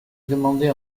demandé